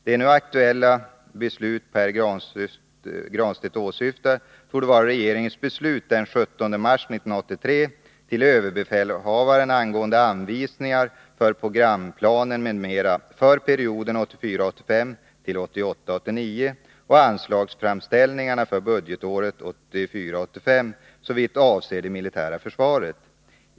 Det nu aktuella beslut Pär Granstedt åsyftar torde vara regeringens besked den 17 mars 1983 till överbefälhavaren angående anvisningar för programplanen m.m. för perioden 1984 89 och anslagsframställningarna för budgetåret 1984/85 såvitt avser det militära försvaret.